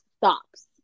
stops